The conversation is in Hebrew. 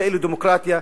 כאילו דמוקרטיה,